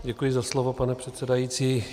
Děkuji za slovo, pane předsedající.